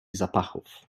zapachów